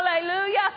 hallelujah